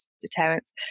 deterrence